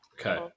Okay